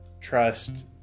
trust